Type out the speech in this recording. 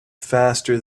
faster